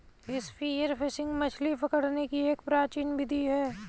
spear fishing मछली पकड़ने की एक प्राचीन विधि है